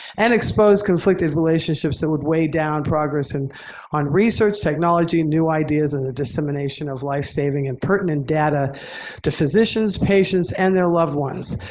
and expose conflicted relationships that would weigh down progress on research, technology, new ideas, and the dissemination of life saving and pertinent data to physicians, patients, and their loved ones.